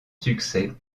succès